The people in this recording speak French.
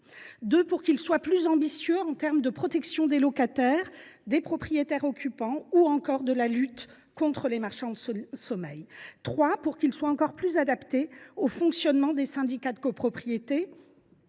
pour qu’il soit plus ambitieux en matière de protection des locataires et des propriétaires occupants, ou encore de lutte contre les marchands de sommeil, pour qu’il soit encore plus adapté au fonctionnement des syndicats de copropriétaires,